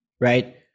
right